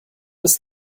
ist